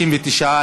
59,